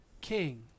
king